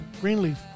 Greenleaf